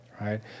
right